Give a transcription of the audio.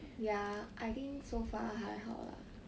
ya I think so far 还好啦